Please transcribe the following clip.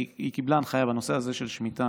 היא קיבלה הנחיה בנושא הזה של שמיטה,